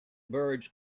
birds